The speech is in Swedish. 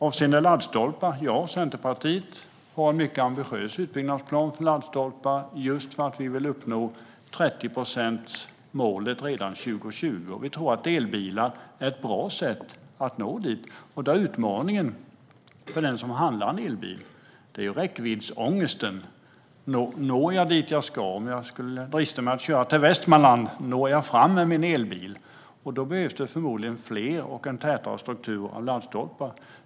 Avseende laddstolpar har Centerpartiet en mycket ambitiös utbyggnadsplan för dem, just för att vi vill uppnå målet om 30 procent redan 2020. Vi tror att elbilar är ett bra sätt att nå dit. Utmaningen för den som handlar en elbil är räckviddsångesten: Når jag dit jag ska - om jag dristar mig att köra till Västmanland, når jag fram med min elbil? Då behövs förmodligen fler laddstolpar och en tätare struktur av sådana.